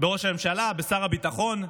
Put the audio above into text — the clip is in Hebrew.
בראש הממשלה, בשר הביטחון,